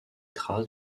traces